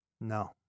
No